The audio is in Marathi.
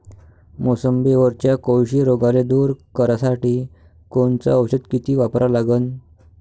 मोसंबीवरच्या कोळशी रोगाले दूर करासाठी कोनचं औषध किती वापरा लागन?